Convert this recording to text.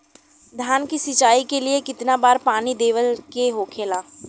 धान की सिंचाई के लिए कितना बार पानी देवल के होखेला?